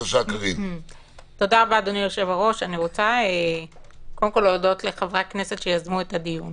קודם כל אני רוצה להודות לחברי הכנסת שיזמו את הדיון